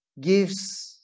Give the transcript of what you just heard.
gives